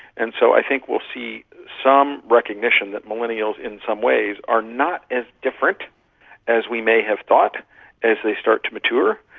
and so i think we will see some recognition that millennials in some ways are not as different as we may have thought as they start to mature.